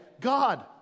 God